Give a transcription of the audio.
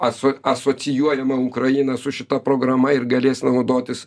aso asocijuojama ukraina su šita programa ir galės naudotis